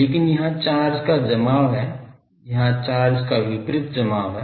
लेकिन यहाँ चार्ज का जमाव है यहाँ चार्ज का विपरीत जमाव है